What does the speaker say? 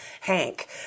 Hank